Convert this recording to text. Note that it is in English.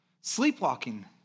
sleepwalking